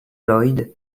lloyd